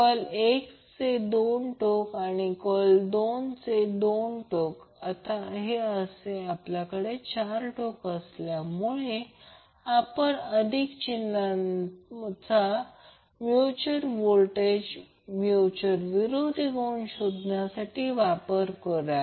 coil 1 चे दोन टोक आणि कॉइल 2 चे दोन टोक असे आता आपल्याकडे चार टोक असल्यामुळे आपण अधिक चिन्हाचा म्यूच्यूअल व्होल्टेज म्यूच्यूअल विरोधी गुण शोधण्यासाठी वापर करूया